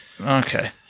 Okay